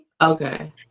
Okay